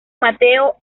mateo